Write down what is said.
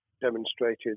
demonstrated